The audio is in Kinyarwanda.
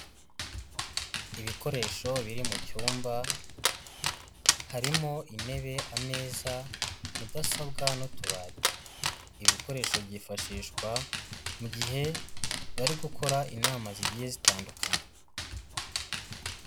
Ibikoresho biri mu cyumba, harimo intebe, ameza, mudasobwa n'utubati, ibi bikoresho byifashishwa mu gihe bari gukora inama zigiye zitandukanye.